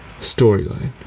storyline